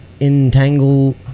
entangle